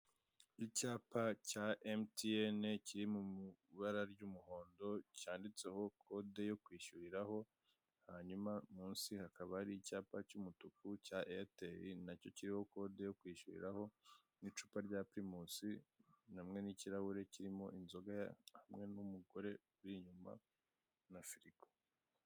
Icyapa cya emutiyeni kiri mu ibara ry'umuhondo cyanditseho kode yo kwishyurirwaho, hanyuma munsi hakaba hari icyapa cy'umutuku cya eyateri na cyo kiriho kode yo kwishyuriraho, n'icupa rya pirimusi hamwe n'ikirahure kirimo inzoga, hamwe n'umugore uri inyuma, na firigo.